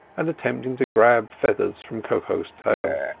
and attempting to grab feathers from koko's tail.